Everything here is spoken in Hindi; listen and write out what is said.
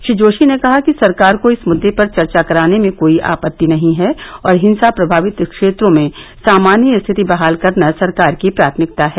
श्री जोशी ने कहा कि सरकार को इस मुद्दे पर चर्चा कराने में कोई आपत्ति नहीं है और हिंसा प्रमावित क्षेत्रों में सामान्य रिथित वहाल करना सरकार की प्राथमिकता है